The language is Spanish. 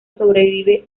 sobrevive